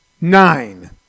nine